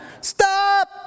stop